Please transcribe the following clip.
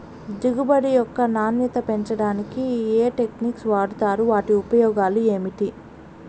దిగుబడి యొక్క నాణ్యత పెంచడానికి ఏ టెక్నిక్స్ వాడుతారు వాటి ఉపయోగాలు ఏమిటి?